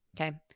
okay